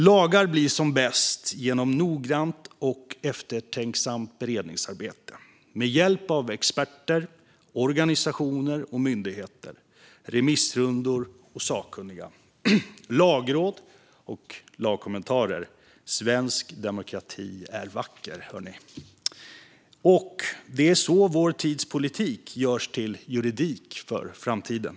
Lagar blir som bäst genom ett noggrant och eftertänksamt beredningsarbete med hjälp av experter, organisationer och myndigheter, remissrundor och sakkunniga, lagråd och lagkommentarer. Svensk demokrati är vacker, hör ni! Det är så vår tids politik görs till juridik för framtiden.